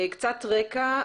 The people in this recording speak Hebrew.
קצת רקע.